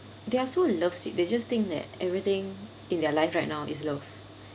they are so love sick they just think that everything in their life right now is love